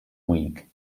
week